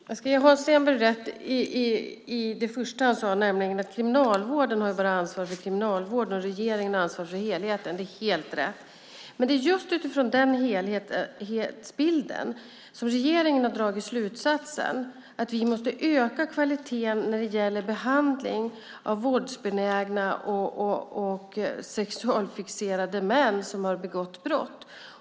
Herr talman! Jag ska ge Hans Stenberg rätt i det första han sade, nämligen att Kriminalvården bara har ansvar för kriminalvården och att regeringen har ansvar för helheten. Det är helt rätt. Men det är just utifrån den helhetsbilden som regeringen har dragit slutsatsen att vi måste öka kvaliteten när det gäller behandling av våldsbenägna och sexualfixerade män som har begått brott.